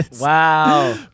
Wow